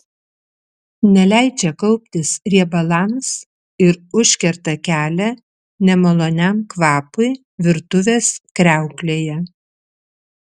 neleidžia kauptis riebalams ir užkerta kelią nemaloniam kvapui virtuvės kriauklėje